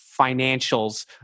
financials